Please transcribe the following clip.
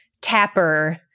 Tapper